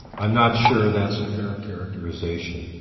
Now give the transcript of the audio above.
i'm not sure that's a fair characterization.